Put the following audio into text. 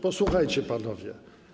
Posłuchajcie panowie.